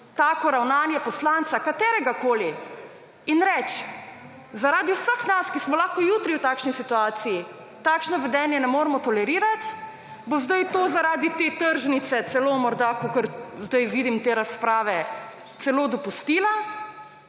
tako ravnanje poslanca, kateregakoli, in reči, zaradi vseh nas, ki smo lahko jutri v takšni situaciji, takšno vedenje ne moremo tolerirat, bo zdaj to zaradi te tržnice celo morda, kakor zdaj vidim te razprave, celo dopustila